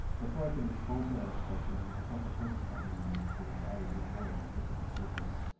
before i could respond to that expression, i felt a presence behind me, and my body moved forward, like this, at the surface.